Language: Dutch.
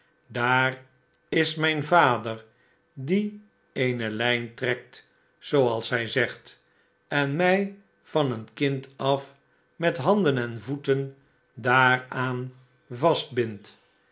daar is mijn vader die eene lijn trekt zooals hij zegt en mij van een kind af met handen en voeten daaraan